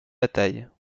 bataille